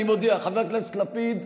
אני מודיע: חבר הכנסת לפיד,